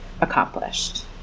accomplished